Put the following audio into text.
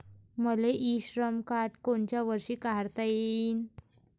मले e Shram card कोनच्या वर्षी काढता येईन?